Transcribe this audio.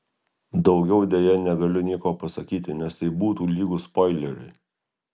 daugiau deja negaliu nieko pasakyti nes tai būtų lygu spoileriui